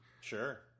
Sure